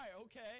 okay